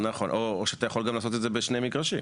נכון או שאתה יכול לעשות את זה לשני מגרשים.